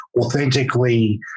authentically